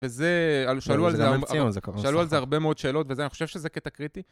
וזה על שאלו על זה הרבה מאוד שאלות וזה, אני חושב שזה קטע קריטי.